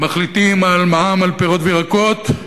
מחליטים מע"מ על פירות וירקות,